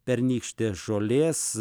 pernykštės žolės